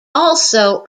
also